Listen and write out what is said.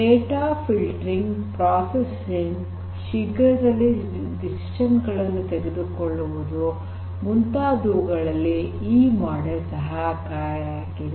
data filtering processing ಶೀಘ್ರದಲ್ಲಿ ನಿರ್ಧಾರಗಳನ್ನು ತೆಗೆದುಕೊಳ್ಳುವುದು ಮುಂತಾದವುಗಳಲ್ಲಿ ಈ ಮಾಡೆಲ್ ಸಹಕಾರಿಯಾಗಿದೆ